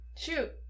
Shoot